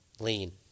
Lean